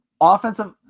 offensive